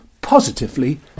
positively